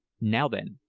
now, then,